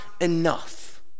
enough